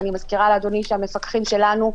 ואני מזכירה לאדוני שהמפקחים שלנו,